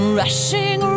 rushing